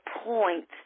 point